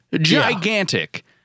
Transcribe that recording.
gigantic